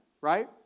right